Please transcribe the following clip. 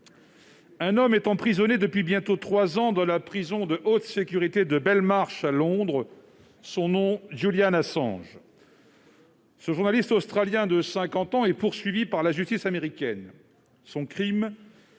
Un homme est emprisonné depuis bientôt trois ans dans la prison de haute sécurité de Belmarsh, à Londres. Son nom est Julian Assange. Ce journaliste australien de 50 ans est poursuivi par la justice américaine. Son crime :